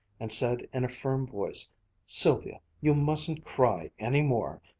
and said in a firm voice sylvia, you mustn't cry any more.